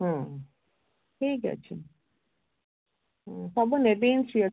ହୁଁ ଠିକ୍ ଅଛି ସବୁ ନେବେ